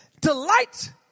delight